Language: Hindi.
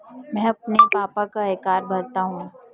मैं अपने पापा का आयकर भरता हूं